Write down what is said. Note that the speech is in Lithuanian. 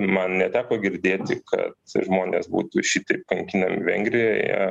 man neteko girdėti ka žmonės būtų šitaip kankinami vengrijoje